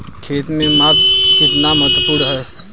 खेत में माप कितना महत्वपूर्ण है?